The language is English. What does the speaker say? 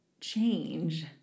change